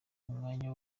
umwanya